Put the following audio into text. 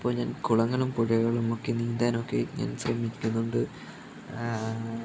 ഇപ്പോൾ ഞാൻ കുളങ്ങളും പുഴകളുമൊക്കെ നീന്താനൊക്കെ ഞാൻ ശ്രമിക്കുന്നുണ്ട്